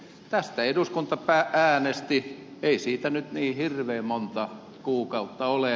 tästä eduskunta äänesti ei siitä nyt niin hirveän monta kuukautta ole